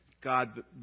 God